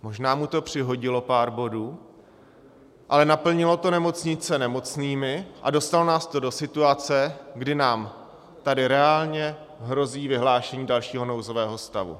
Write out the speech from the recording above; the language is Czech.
Možná mu to přihodilo pár bodů, ale naplnilo to nemocnice nemocnými a dostalo nás to do situace, kdy nám tady reálně hrozí vyhlášení dalšího nouzového stavu.